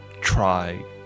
try